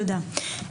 תודה.